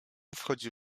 wchodzi